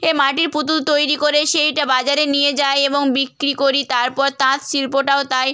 এ মাটির পুতুল তৈরি করে সেইটা বাজারে নিয়ে যাই এবং বিক্রি করি তারপর তাঁতশিল্পটাও তাই